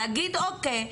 להגיד אוקיי,